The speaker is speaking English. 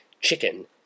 chicken